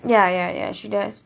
ya ya ya she does